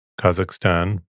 Kazakhstan